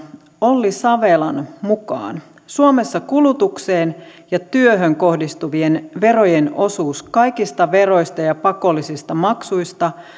olli savelan mukaan suomessa kulutukseen ja työhön kohdistuvien verojen osuus kaikista veroista ja ja pakollisista maksuista